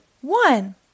one